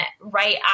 right